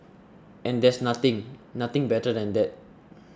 and there's nothing nothing better than that